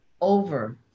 over